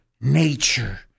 nature